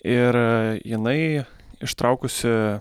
ir jinai ištraukusi